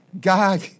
God